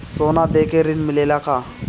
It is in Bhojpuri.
सोना देके ऋण मिलेला का?